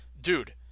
dude